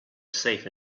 safe